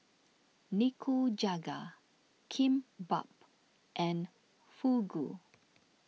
Nikujaga Kimbap and Fugu